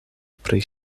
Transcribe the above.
pri